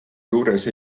juures